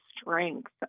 strength